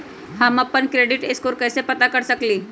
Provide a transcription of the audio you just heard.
हम अपन credit score कैसे पता कर सकेली?